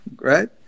right